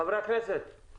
חברת הכנסת,